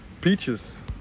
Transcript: Peaches